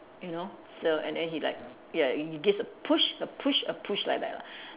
you know so and then he like ya he gets a push a push a push like that lah